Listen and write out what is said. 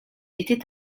était